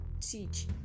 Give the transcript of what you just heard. teach